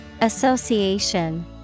Association